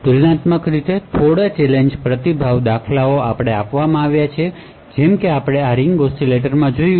તુલનાત્મકરૂપે તેમાં થોડા challenge response છે જેમ કે આપણે રીંગ ઑસિલેટરમાં જોયું